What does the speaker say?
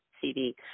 CD